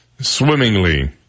swimmingly